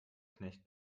knecht